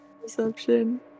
perception